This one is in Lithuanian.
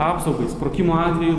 apsaugai sprogimo atveju